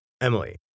Emily